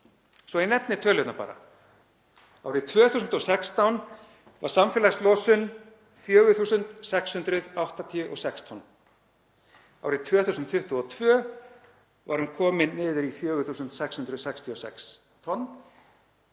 Svo ég nefni tölurnar bara: Árið 2016 var samfélagslosun 4.686 tonn. Árið 2022 var hún komin niður í 4.666 tonn.